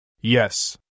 Yes